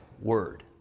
word